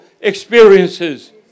experiences